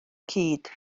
cyd